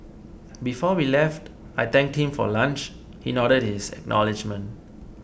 before we left I thanked him for lunch he nodded his acknowledgement